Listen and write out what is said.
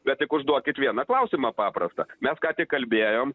bet tik užduokit vieną klausimą paprastą mes ką tik kalbėjom